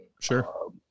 Sure